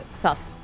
Tough